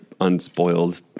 unspoiled